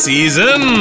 Season